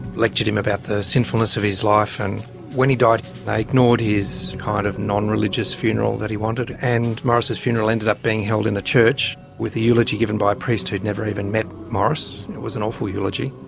lectured him about the sinfulness of his life. and when he died they ignored his kind of nonreligious funeral that he wanted, and morris's funeral ended up being held in a church with the eulogy given by a priest who had never even met morris. it was an awful eulogy.